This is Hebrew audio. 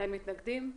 אין מתנגדים.